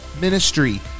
ministry